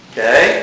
Okay